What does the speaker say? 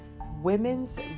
women's